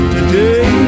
Today